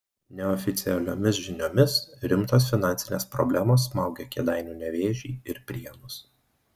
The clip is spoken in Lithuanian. neoficialiomis žiniomis rimtos finansinės problemos smaugia kėdainių nevėžį ir prienus